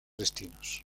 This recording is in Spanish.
destinos